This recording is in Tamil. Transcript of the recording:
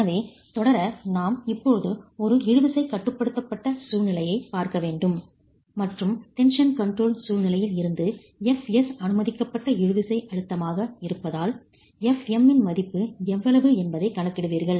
எனவே தொடர நாம் இப்போது ஒரு இழுவிசை கட்டுப்படுத்தப்பட்ட சூழ்நிலையைப் பார்க்க வேண்டும் மற்றும் டென்ஷன் கண்ட்ரோல் சூழ்நிலையில் இருந்து Fs அனுமதிக்கப்பட்ட இழுவிசை அழுத்தமாக இருப்பதால் fm இன் மதிப்பு எவ்வளவு என்பதைக் கணக்கிடுவீர்கள்